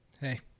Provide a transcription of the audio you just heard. Hey